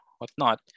whatnot